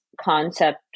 concept